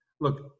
Look